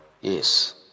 Yes